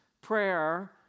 prayer